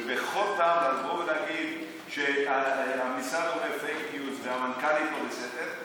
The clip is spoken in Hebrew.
ובכל פעם לבוא ולהגיד שהמשרד אומר פייק ניוז והמנכ"לית לא בסדר,